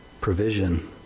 Provision